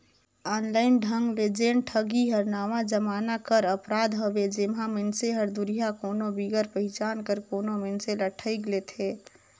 online ढंग ले जेन ठगी हर नावा जमाना कर अपराध हवे जेम्हां मइनसे हर दुरिहां कोनो बिगर पहिचान कर कोनो मइनसे ल ठइग लेथे